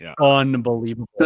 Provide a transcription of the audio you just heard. unbelievable